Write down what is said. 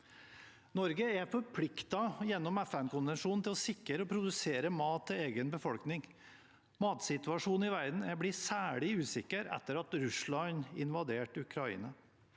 Norge er forpliktet gjennom FN-konvensjonen til å sikre og produsere mat til egen befolkning. Matsituasjonen i verden er blitt særlig usikker etter at Russland invaderte Ukraina.